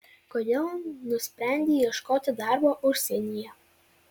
kodėl nusprendei ieškoti darbo užsienyje